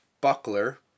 Buckler